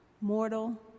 mortal